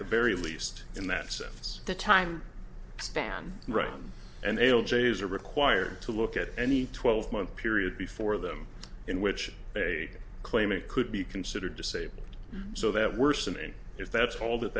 the very least in that sense the time span right and they all jays are required to look at any twelve month period before them in which they claim it could be considered disabled so that worsen and if that's all that